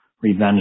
revenge